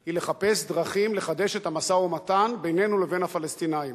היא לחפש דרכים לחדש את המשא-ומתן בינינו לבין הפלסטינים,